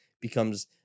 becomes